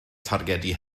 targedu